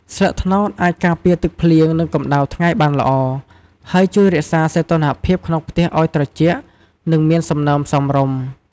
ស្លឹកត្នោតអាចការពារទឹកភ្លៀង និងកំដៅថ្ងៃបានល្អ ហើយជួយរក្សាសីតុណ្ហភាពក្នុងផ្ទះឲ្យត្រជាក់ និងមានសំណើមសមរម្យ។